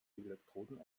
elektroden